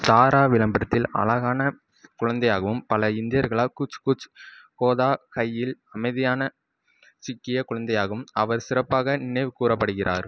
தாரா விளம்பரத்தில் அழகான குழந்தையாகவும் பல இந்தியர்களால் குச் குச் ஹோதா ஹையில் அமைதியான சீக்கிய குழந்தையாகவும் அவர் சிறப்பாக நினைவு கூறப்படுகிறார்